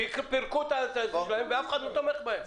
הם פירקו את הלולים שלהם אבל אף אחד לא תומך בהם.